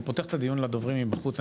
אני פותח את הדיון לדוברים מבחוץ.